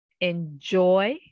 enjoy